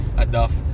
enough